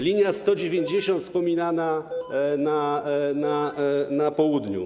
Linia 190, wspominana, na południu.